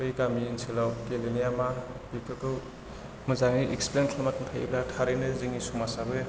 बे गामि ओनसोलाव गेलेनाया मा बेफोरखौ मोजाङै एक्सप्लेन खालामग्रा थायोब्ला थारैनो जोंनि समाजाबो